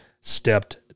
stepped